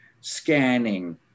scanning